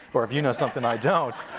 or if you know something i don't!